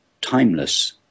timeless